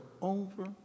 over